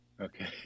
okay